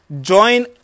join